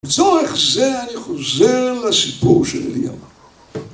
לצורך זה אני חוזר לסיפור שלי היום.